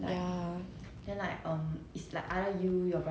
actually ya true true true